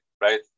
right